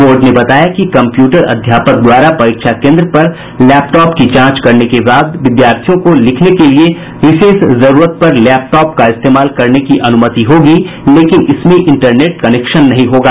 board ने बताया कि कम्प्यूटर अध्यापक द्वारा परीक्षा केन्द्र पर लेपटॉप की जांच करने के बाद विद्यार्थियों को लिखने के लिए विशेष जरूरत पर लैपटॉप का इस्तेमाल करने की अनुमति होगी लेकिन इसमें इंटरनेट कनेक्शन नहीं होगा